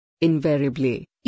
Invariably